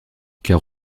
car